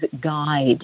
guide